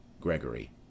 Gregory